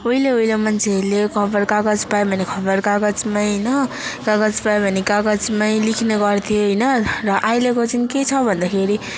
उहिले उहिले मान्छेहरूले खबर कागज पाए भने खबर कागजमै होइन कागज पाए भने कागजमै लेख्नेगर्थे होइन र अहिलेको चाहिँ के छ भन्दाखेरि